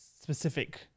specific